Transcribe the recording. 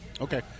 Okay